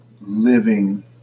living